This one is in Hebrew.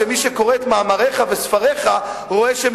מי שקורא את מאמריך וספריך רואה שהם